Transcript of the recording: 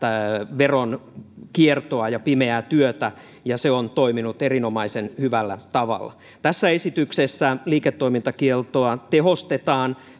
veronkiertoa ja pimeää työtä ja se on toiminut erinomaisen hyvällä tavalla tässä esityksessä liiketoimintakieltoa tehostetaan